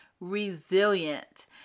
resilient